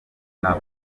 nta